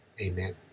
amen